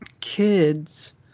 Kids